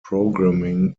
programming